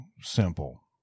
simple